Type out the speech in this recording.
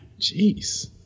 Jeez